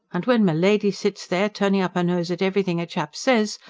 and when milady sits there turning up her nose at everything a chap says,